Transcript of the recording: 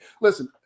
listen